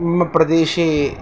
मम प्रदेशे